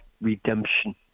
redemption